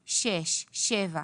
6, 7,